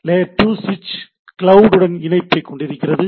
layer 2 சுவிட்ச் cloud உடன் இணைப்பைக் கொண்டிருக்கிறது